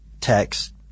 text